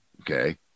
okay